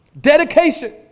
Dedication